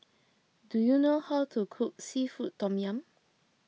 do you know how to cook Seafood Tom Yum